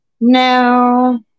No